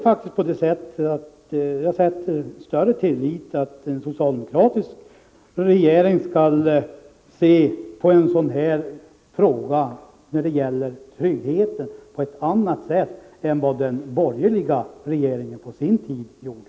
Jag sätter, som sagt, tillit till att en socialdemokratisk regering skall se på en trygghetsfråga som denna på ett annat sätt än vad den borgerliga regeringen på sin tid gjorde.